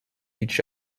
each